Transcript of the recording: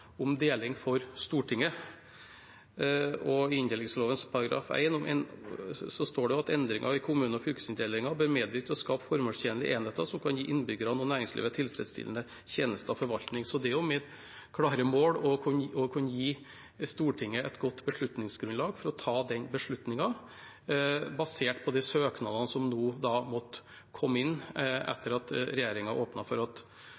om deling for Stortinget. I inndelingsloven § 1 står det: «Endringar i kommune- eller fylkesinndelinga bør medverke til å skape formålstenlege einingar som kan gi innbyggjarane og næringslivet tilfredsstillande tenester og forvaltning.» Så det er mitt klare mål å kunne gi Stortinget et godt beslutningsgrunnlag for å ta den beslutningen basert på de søknadene som måtte komme inn etter at regjeringen åpnet for å følge opp søknader fra tvangssammenslåtte fylkeskommuner. Statsråden viste til at